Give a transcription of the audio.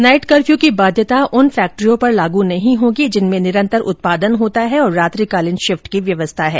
night कफर्यू की बाध्यता उन फैक्ट्रियों पर लागू नहीं होगी जिनमें निरंतर उत्पादन होता है तथा रात्रिकालीन शिफ्ट की व्यवस्था है